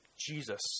Jesus